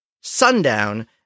sundown